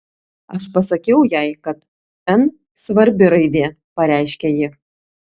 aš pasakiau jai kad n svarbi raidė pareiškė ji